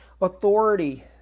authority